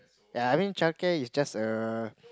ya I mean childcare is just a